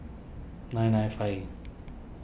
nine nine five